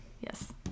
Yes